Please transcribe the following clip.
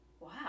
Wow